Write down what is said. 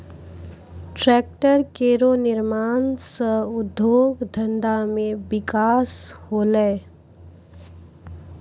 tractor केरो निर्माण सँ उद्योग धंधा मे बिकास होलै